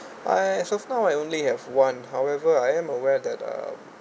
uh as of now I only have one however I am aware that uh